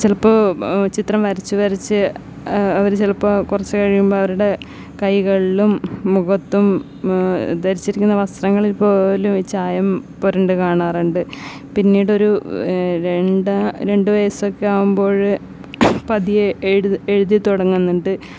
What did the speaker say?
ചിലപ്പോൾ ചിത്രം വരച്ച് വരച്ച് അവർ ചിലപ്പോൾ കുറച്ചു കഴിയുമ്പം അവരുടെ കൈകളിലും മുഖത്തും ധരിച്ചിരിക്കുന്ന വസ്ത്രങ്ങളിൽപ്പോലും ഈ ചായം പുരണ്ട് കാണാറുണ്ട് പിന്നീട് ഒരു രണ്ടാ രണ്ടു വയസ്സൊക്കെ ആകുമ്പോൾ പതിയെ എഴുത്ത് എഴുതി തുടങ്ങുന്നുണ്ട്